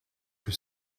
que